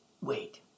wait